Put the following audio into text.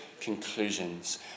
conclusions